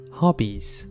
hobbies